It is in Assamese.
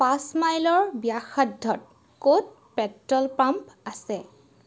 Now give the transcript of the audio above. পাঁচ মাইলৰ ব্যাসাৰ্ধত ক'ত পেট্ৰল পাম্প আছে